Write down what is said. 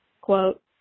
Quote